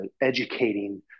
educating